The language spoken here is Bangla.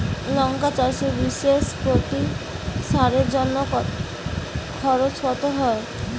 লঙ্কা চাষে বিষে প্রতি সারের জন্য খরচ কত হয়?